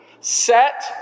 Set